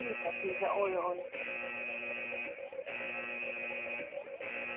ठीक ऐ ठीक ऐ ओयो ओयो